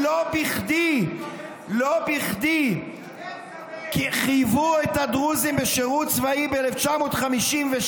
לא בכדי חייבו את הדרוזים בשירות צבאי ב-1956,